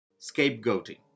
Scapegoating